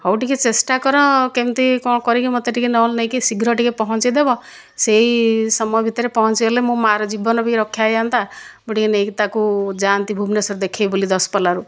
ହେଉ ଟିକେ ଚେଷ୍ଟା କର କେମିତି କ'ଣ କରିକି ମୋତେ ଟିକେ ନହେଲେ ନେଇକି ଶୀଘ୍ର ଟିକେ ପହଞ୍ଚାଇ ଦେବ ସେହି ସମୟ ଭିତରେ ପହଁଞ୍ଚିଗଲେ ମୋ ମାଆର ଜୀବନ ବି ରକ୍ଷା ହୋଇଯାଆନ୍ତା ମୁଁ ଟିକେ ନେଇକି ତାକୁ ଯାଆନ୍ତି ଭୁବନେଶ୍ୱର ଦେଖାଇବି ବୋଲି ଦଶପଲ୍ଲାରୁ